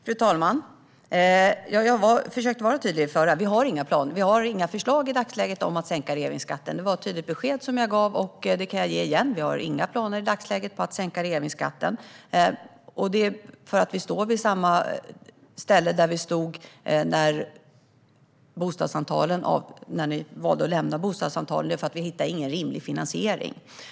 Fru talman! Jag försökte vara tydlig i mitt förra inlägg. Vi har i dagsläget inga förslag om att sänka reavinstskatten. Det var ett tydligt besked jag gav, och jag kan ge det igen: Vi har i dagsläget inga planer på att sänka reavinstskatten. Vi står nämligen på samma ställe som vi gjorde när Moderaterna valde att lämna bostadssamtalen, för vi hittade ingen rimlig finansiering.